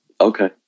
Okay